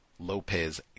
Lopez